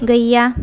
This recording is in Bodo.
गैया